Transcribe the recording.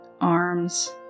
arms